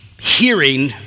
hearing